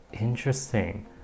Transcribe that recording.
interesting